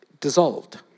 dissolved